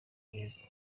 b’ibihugu